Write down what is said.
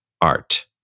art